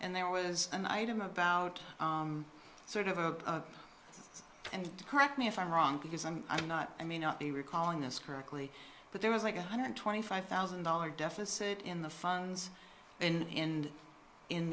and there was an item about sort of a and correct me if i'm wrong because i'm i'm not i may not be recalling this correctly but there was like one hundred twenty five thousand dollar deficit in the funds in in